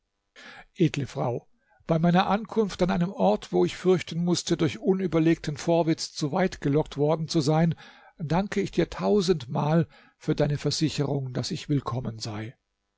edle frau bei meiner ankunft an einem ort wo ich fürchten mußte durch unüberlegten vorwitz zu weit gelockt worden zu sein danke ich dir tausendmal für deine versicherung daß ich willkommen sei